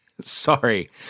Sorry